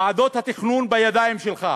ועדות התכנון בידיים שלך,